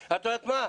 'את יודעת מה,